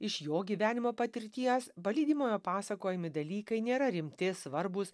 iš jo gyvenimo patirties palydimojo pasakojami dalykai nėra rimti svarbūs